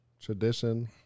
tradition